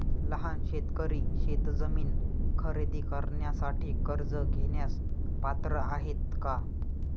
लहान शेतकरी शेतजमीन खरेदी करण्यासाठी कर्ज घेण्यास पात्र आहेत का?